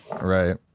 Right